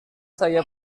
saya